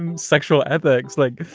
and sexual ethics, like,